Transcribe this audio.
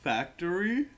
Factory